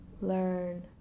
learn